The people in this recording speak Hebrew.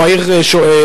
או העיר שכם,